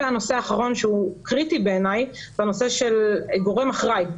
והנושא האחרון שהוא קריטי בעיניי זה הנושא של גורם אחראי.